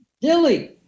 Dilly